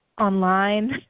online